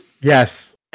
Yes